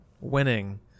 winning